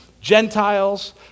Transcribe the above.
Gentiles